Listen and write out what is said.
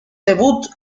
debut